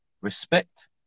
respect